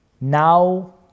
Now